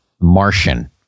Martian